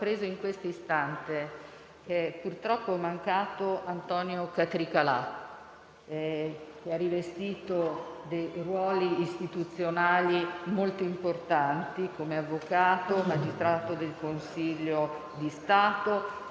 in questo istante che purtroppo è mancato Antonio Catricalà, che ha rivestito ruoli istituzionali molto importanti come avvocato, magistrato del Consiglio di Stato,